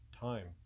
Time